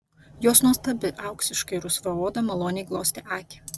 jos nuostabi auksiškai rusva oda maloniai glostė akį